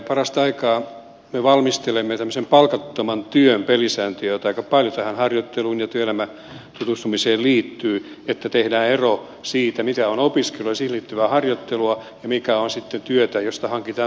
parasta aikaa me valmistelemme palkattoman työn pelisääntöjä joita aika paljon tähän harjoitteluun ja työelämätutustumiseen liittyy että tehdään ero siinä mikä on opiskelua ja siihen liittyvää harjoittelua ja mikä on sitten työtä josta hankitaan toimeentuloa